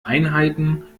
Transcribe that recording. einheiten